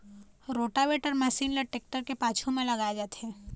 rotavator machine ल tractor के पाछू म लगाए जाथे